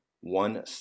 one